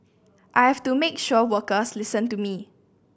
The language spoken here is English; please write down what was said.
I have to make sure workers listen to me